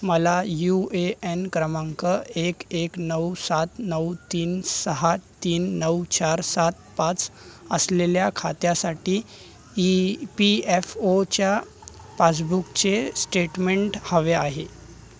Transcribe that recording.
मला U A N क्रमांक एक एक नऊ सात नऊ तीन सहा तीन नऊ चार सात पाच असलेल्या खात्यासाठी ई पी एफ ओच्या पासबुकचे स्टेटमेंट हवे आहे